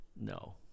no